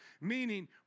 Meaning